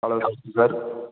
hello sir